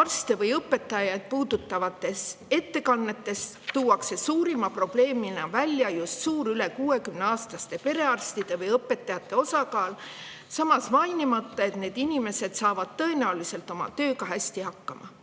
arste või õpetajaid puudutavates ettekannetes tuuakse suurima probleemina välja just suur üle 60-aastaste perearstide või õpetajate osakaal, samas mainimata, et need inimesed saavad tõenäoliselt oma tööga hästi hakkama.